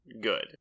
good